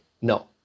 no